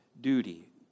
duty